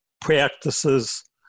practices